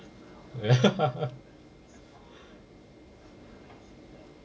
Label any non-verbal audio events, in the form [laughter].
[laughs]